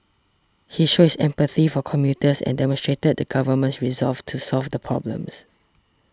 he showed his empathy for commuters and demonstrated the government's resolve to solve the problems